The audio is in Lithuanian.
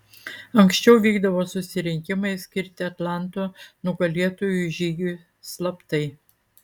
anksčiau vykdavo susirinkimai skirti atlanto nugalėtojų žygiui slaptai